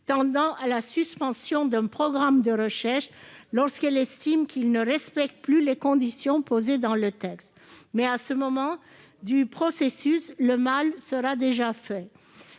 tendant à la suspension d'un programme de recherche, lorsqu'elle estime qu'il ne respecte plus les conditions posées dans le texte. Mais à ce moment du processus, le mal sera déjà fait.